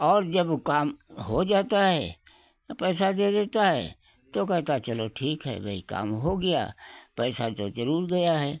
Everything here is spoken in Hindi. और जब वो काम हो जाता है अ पैसा दे देता है तो कहता है चलो ठीक है भाई काम हो गया पैसा तो ज़रूर गया है